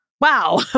wow